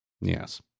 Yes